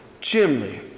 chimney